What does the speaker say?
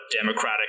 democratic